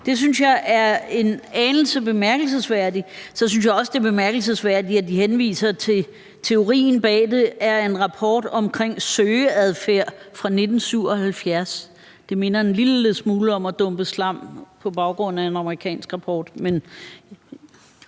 Det synes jeg er en anelse bemærkelsesværdigt. Og så synes jeg også, det er bemærkelsesværdigt, at de henviser til, at teorien bag det er en rapport om søgeadfærd fra 1977. Det minder en lille smule om at dumpe slam på baggrund af en amerikansk rapport. Kl.